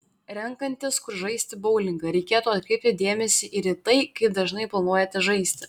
renkantis kur žaisti boulingą reikėtų atkreipti dėmesį ir į tai kaip dažnai planuojate žaisti